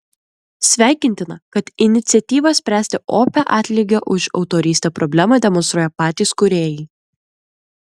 sveikintina kad iniciatyvą spręsti opią atlygio už autorystę problemą demonstruoja patys kūrėjai